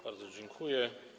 Bardzo dziękuję.